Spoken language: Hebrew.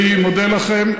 אני מודה לכם.